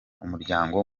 umuryango